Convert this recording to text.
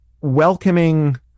welcoming